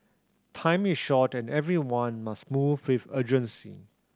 time is short and everyone must move with urgency